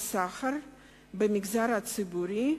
השכר במגזר הציבורי,